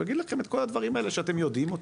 הוא יגיד לכם את כל הדברים האלה שאתם יודעים אותם,